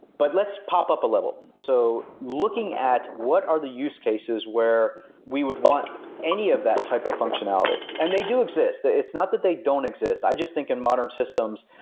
but let's pop up a level, so looking at what are the use cases where we would want any of that type of functionality, and they do exist. it's not that they don't exist. i just think in modern systems,